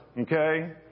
okay